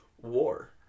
war